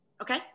Okay